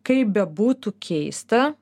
kaip bebūtų keista